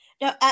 Now